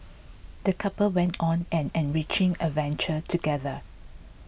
the couple went on an enriching adventure together